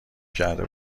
کرده